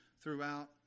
throughout